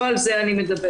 לא על זה אני מדברת.